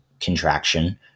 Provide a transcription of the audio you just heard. contraction